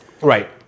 Right